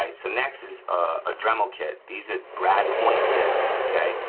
ah so, next is a dremel kit, these are brad point bits, okay.